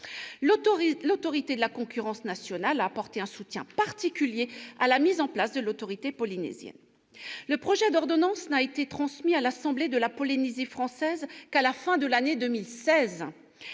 L'autorité de la concurrence nationale a apporté un soutien particulier à la mise en place de l'autorité polynésienne. Le projet d'ordonnance n'a été transmis à l'assemblée de la Polynésie française qu'à la fin de l'année 2016